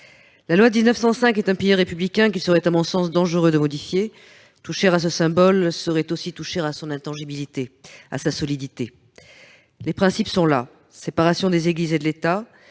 La loi de 1905 est un pilier républicain qu'il serait, à mon sens, dangereux de modifier, car toucher à ce symbole serait aussi toucher à son intangibilité, à sa solidité. Les principes sont là : séparation des Églises et de l'État,